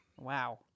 wow